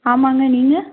ஆமாம்ங்க நீங்கள்